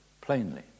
plainly